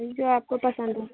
जो आपको पसंद हों